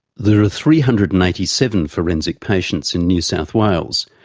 there are three hundred and eighty seven forensic patients in new south wales,